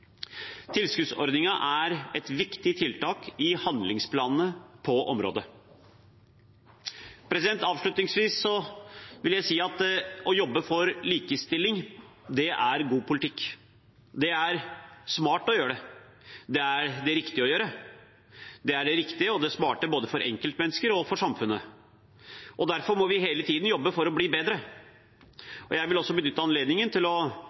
er et viktig tiltak i handlingsplanene på området. Avslutningsvis vil jeg si at å jobbe for likestilling er god politikk. Det er smart å gjøre det. Det er det riktige å gjøre. Det er det riktige og det smarte både for enkeltmennesker og for samfunnet. Og derfor må vi hele tiden jobbe for å bli bedre. Jeg vil også benytte anledningen til å